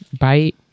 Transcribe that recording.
Bite